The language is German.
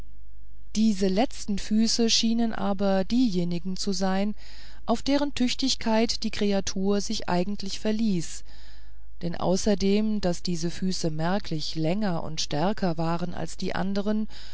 diese letzten füße schienen aber diejenigen zu sein auf deren tüchtigkeit die kreatur sich eigentlich verließ denn außerdem daß diese füße merklich länger und stärker waren als die andern